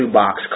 box